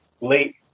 late